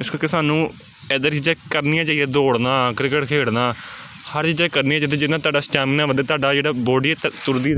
ਇਸ ਕਰਕੇ ਸਾਨੂੰ ਇੱਦਾਂ ਦੀਆਂ ਚੀਜ਼ਾਂ ਕਰਨੀਆਂ ਚਾਹੀਏ ਦੌੜਨਾ ਕ੍ਰਿਕਟ ਖੇਡਣਾ ਸਾਰੀਆਂ ਚੀਜ਼ਾਂ ਕਰਨੀਆਂ ਚਾਹੀਦੀਆਂ ਜਿਹਦੇ ਨਾਲ ਤੁਹਾਡਾ ਸਟੈਮੀਨਾ ਵਧੇ ਤੁਹਾਡਾ ਜਿਹੜਾ ਬੋਡੀ ਤਰ ਤੁਰਦੀ ਰਹੇ